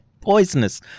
poisonous